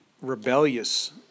rebellious